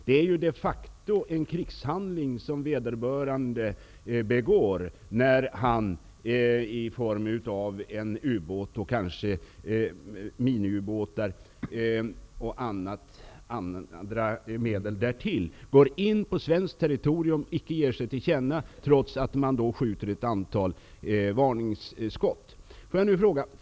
Det är de facto en krigshandling som vederbörande begår genom att med t.ex. ubåt eller miniubåt gå in på svenskt territorium utan att ge sig till känna, trots att det skjuts ett antal varningsskott.